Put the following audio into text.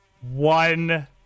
one